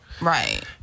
Right